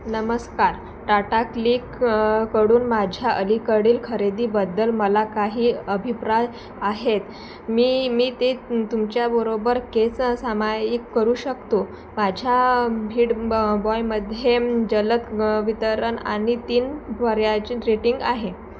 नमस्कार टाटा क्लिक कडून माझ्या अलीकडील खरेदीबद्दल मला काही अभिप्राय आहेत मी मी ते तुमच्याबरोबर कसे सामायिक करू शकतो माझ्या फीड ब बॉयमध्ये जलद वितरण आणि तीन ताऱ्याची रेटिंग आहे